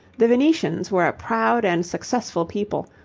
the venetians were a proud and successful people,